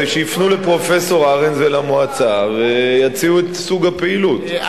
אז שיפנו לפרופסור ארנס ולמועצה ויציעו את סוג הפעילות.